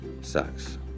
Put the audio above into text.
Sucks